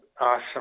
Awesome